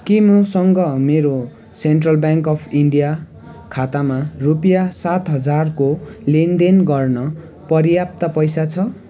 के मसँग मेरो सेन्ट्रल ब्याङ्क अफ इन्डिया खातामा रुपियाँ सात हजारको लेनदेन गर्न पर्याप्त पैसा छ